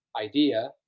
idea